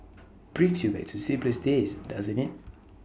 brings you back to simplest days doesn't IT